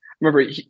remember